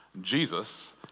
Jesus